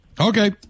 Okay